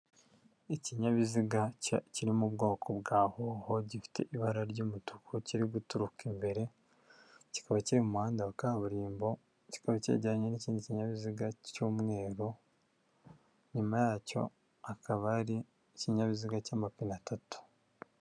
Ikinyabiziga kiri mu bwoko bwa Howo gifite ibara ry'umutuku, kiri guturuka imbere, kikaba kiri mu muhanda wa kaburimbo, kikaba cyegeranye n'ikindi kinyabiziga cy'umweru, inyuma yacyo hakaba hari ikinyabiziga cy'amapine atatu.